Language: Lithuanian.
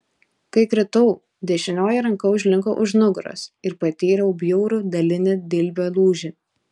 kai kritau dešinioji ranka užlinko už nugaros ir patyriau bjaurų dalinį dilbio lūžį